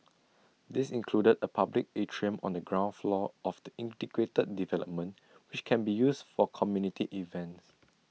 these included A public atrium on the ground floor of the integrated development which can be used for community events